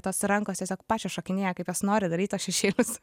tos rankos tiesiog pačios šokinėja kaip jos nori daryt tuos šešėlius